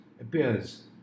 appears